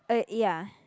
uh ya